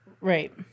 Right